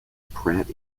pratt